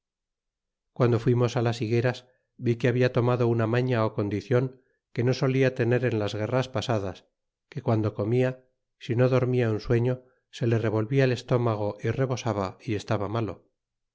ando fuimos las higueras vi que habia tomado una maña ó condicion que no solia tener en las guerras pasadas que guando cornia si no dormia un sueño se le revolvia el estómago y remesaba y estaba malo